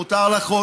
מותר לכם.